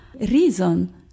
reason